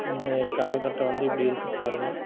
இந்த காலக்கட்டம் வந்து இப்ப டி இருக்குது பாருங்கள்